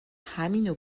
همینو